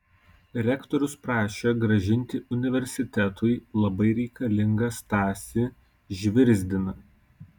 rektorius prašė grąžinti universitetui labai reikalingą stasį žvirzdiną